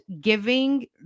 giving